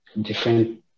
different